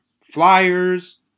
flyers